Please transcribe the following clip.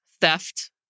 theft